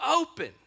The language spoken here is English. open